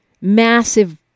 massive